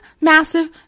massive